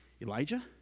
Elijah